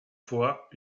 fois